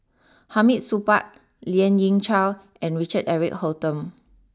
Hamid Supaat Lien Ying Chow and Richard Eric Holttum